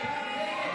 סעיף